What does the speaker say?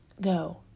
go